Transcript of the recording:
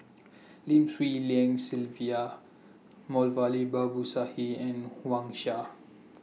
Lim Swee Lian Sylvia Moulavi Babu Sahib and Wang Sha